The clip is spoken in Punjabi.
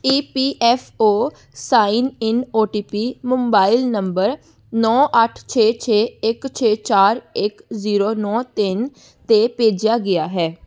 E P F O sign in O T P mobile number ਨੌਂ ਅੱਠ ਛੇ ਛੇ ਇੱਕ ਛੇ ਚਾਰ ਇੱਕ ਜ਼ੀਰੋ ਨੌਂ ਤਿੰਨ 'ਤੇ ਭੇਜਿਆ ਗਿਆ ਹੈ